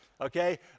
okay